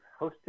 hosted